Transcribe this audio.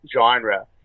genre